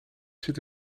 zit